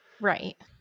Right